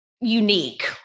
unique